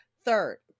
third